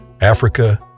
Africa